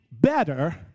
better